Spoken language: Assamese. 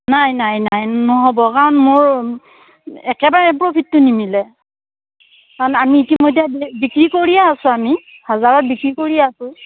নাই নাই নাই নহ'ব কাৰণ মোৰ একেবাৰে প্ৰ'ফিটটো নিমিলে কাৰণ আমি ইতিমধ্যে বিক্ৰী কৰিয়ে আছোঁ আমি হাজাৰত বিক্ৰী কৰি আছোঁ